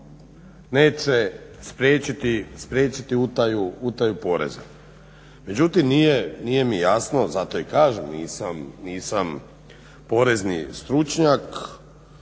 neće spriječiti utaju poreza. Međutim nije mi jasno, zato i kažem nisam porezni stručnjak,